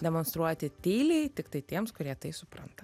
demonstruoti tyliai tiktai tiems kurie tai supranta